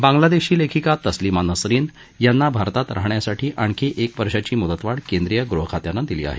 बांग्लादेश लेखिका तस्लिमा नसरीन यांना भारतात राहण्यासाठी आणखी एक वर्षाची मुदतवाढ केंद्रीय गृह खात्यानं दिली आहे